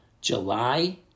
July